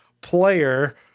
player